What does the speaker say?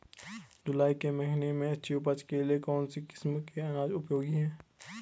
जुलाई के महीने में अच्छी उपज के लिए कौन सी किस्म के अनाज उपयोगी हैं?